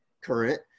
current